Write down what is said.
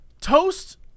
toast